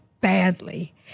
badly